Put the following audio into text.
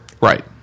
Right